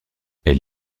elle